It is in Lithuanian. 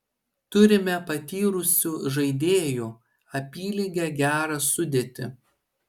turime patyrusių žaidėjų apylygę gerą sudėtį